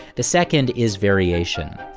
the second is variation.